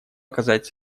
оказать